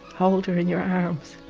hold her in your arms,